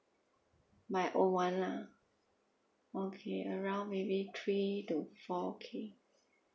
my own [one] lah okay around maybe three to four K